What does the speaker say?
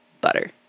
butter